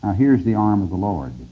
here's the arm of the lord.